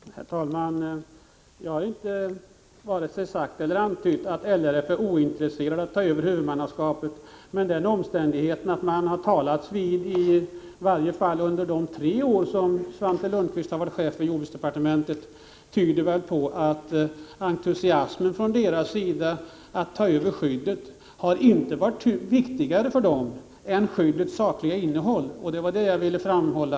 Herr talman! Jag har inte vare sig sagt eller antytt att LRF är ointresserat av att ta över huvudmannaskapet. Men den omständigheten att man har talats vid under i varje fall de tre år som Svante Lundkvist har varit chef för jordbruksdepartementet tyder väl på att entusiasmen från LRF:s sida att ta över skyddet inte har varit viktigare för LRF än skyddets sakliga innehåll. Det var detta som jag ville framhålla.